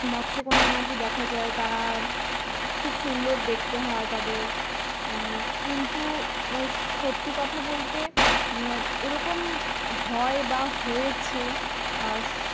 মৎসকন্যা নাকি দেখা যায় তারা খুব সুন্দর দেখতে হয় তাদের কিন্তু সত্যি কথা বলতে এরকম হয় বা হয়েছে